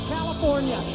California